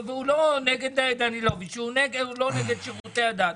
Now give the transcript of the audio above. שהוא לא נגד שירותי הדת,